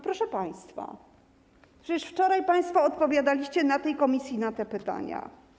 Proszę państwa, przecież wczoraj państwo odpowiadaliście na posiedzeniu komisji na te pytania.